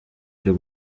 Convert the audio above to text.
byo